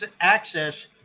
access